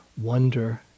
wonder